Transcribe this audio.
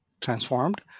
transformed